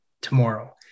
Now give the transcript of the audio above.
tomorrow